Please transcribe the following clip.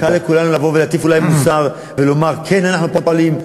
קל לכולנו לבוא ולהטיף מוסר ולהגיד: כן אנחנו פועלים,